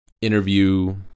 interview